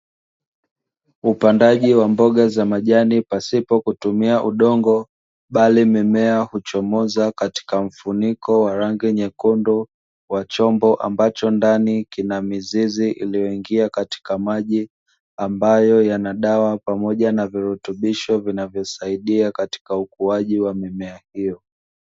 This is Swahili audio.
Upandaji wa mboga za majani pasipo kutumia udongo bali mimea huchomoza katika mfuniko wa rangi nyekundu wa chombo ambacho ndani kina mizizi iliyoingia katika maji, ambayo yana dawa pamoja na virutubisho vinavyosaidia katika ukuaji wa mimea hiyo.